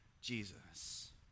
Jesus